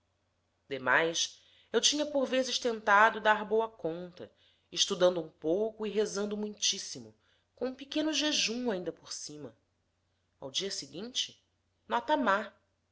demais eu tinha por vezes tentado dar boa conta estudando um pouco e rezando muitíssimo com um pequeno jejum ainda por cima ao dia seguinte nota má